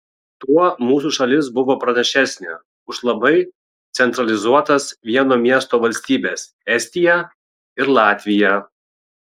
tuo mūsų šalis buvo pranašesnė už labai centralizuotas vieno miesto valstybes estiją ir latviją